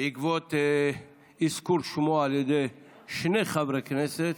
בעקבות אזכור שמו על ידי שני חברי כנסת,